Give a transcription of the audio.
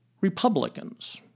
Republicans—